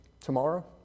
tomorrow